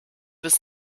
bis